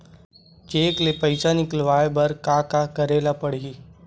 Cheque ले पईसा निकलवाय बर का का करे ल पड़हि?